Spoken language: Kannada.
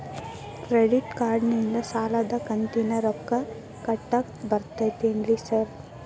ಕ್ರೆಡಿಟ್ ಕಾರ್ಡನಿಂದ ಸಾಲದ ಕಂತಿನ ರೊಕ್ಕಾ ಕಟ್ಟಾಕ್ ಬರ್ತಾದೇನ್ರಿ ಸಾರ್?